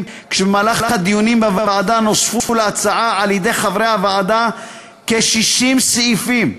ובמהלך הדיונים בוועדה נוספו להצעה על-ידי חברי הוועדה כ-60 סעיפים,